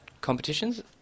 competitions